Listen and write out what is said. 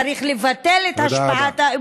צריך לבטל את השבעת, תודה רבה.